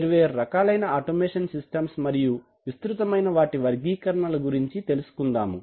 వేర్వేరు రకాలైన production systems మరియు విస్తృతమైన వాటి వర్గీకరణల గురించి తెలుసుకుందాం